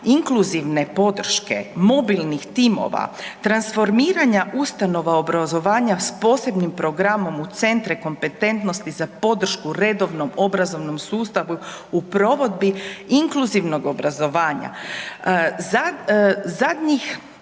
inkluzivne podrške, mobilnih timova, transformiranja ustanova obrazovanja s programom u centre kompetentnosti za podršku redovnom obrazovnom sustavu u provedbi inkluzivnog obrazovanja.